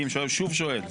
אני שוב שואל,